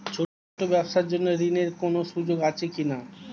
ছোট ব্যবসার জন্য ঋণ এর কোন সুযোগ আছে কি না?